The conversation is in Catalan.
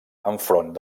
enfront